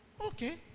Okay